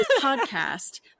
podcast